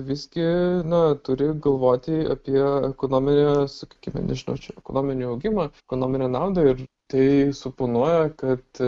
visgi na turi galvoti apie ekonominį sakykime nežinau čia ekonominį augimą ekonominę naudą ir tai suponuoja kad